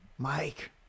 Mike